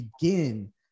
begin